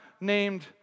named